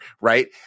right